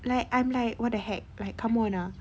like I'm like what the heck like come on ah